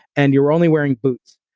and you're only wearing boots.